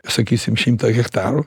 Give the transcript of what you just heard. sakysim šimtą hektarų